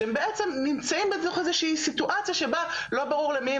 שהם בעצם נמצאים בתוך איזו שהיא סיטואציה שבה לא ברור למי הם